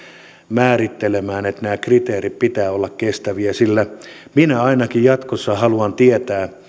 määrittelemään että näiden kriteerien pitää olla kestäviä minä ainakin jatkossa haluan tietää